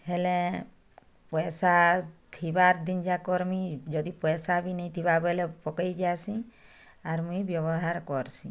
ହେଲେ ପଇସା ଥିବାର ଦିନ ଯା କରମି ଯଦି ପଇସା ବି ନେଇଁ ଥିବା ବୋଇଲେ ପକେଇକି ଆସିଁ ଆର ମୁଇଁ ବ୍ୟବହାର କରସିଁ